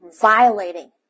violating